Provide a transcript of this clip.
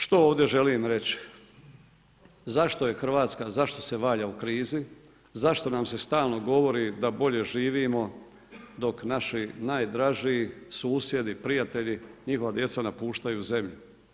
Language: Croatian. Što ovdje želim reći, zašto je Hrvatska, zašto se valja u krizi, zašto nam se stalno govori da bolje živimo, dok naši najdraži susjedi, prijatelji, njihova djeca napuštaju zemlju.